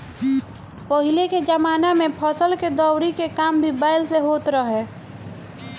पहिले के जमाना में फसल के दवरी के काम भी बैल से होत रहे